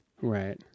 Right